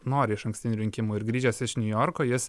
nori išankstinių rinkimų ir grįžęs iš niujorko jis